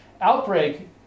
outbreak